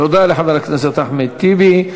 תודה לחבר הכנסת אחמד טיבי.